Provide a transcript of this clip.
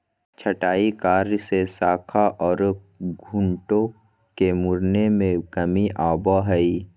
छंटाई कार्य से शाखा ओर खूंटों के मुड़ने में कमी आवो हइ